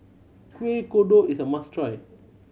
Kuih Kodok is a must try